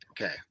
Okay